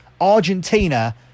Argentina